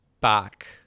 back